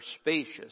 spacious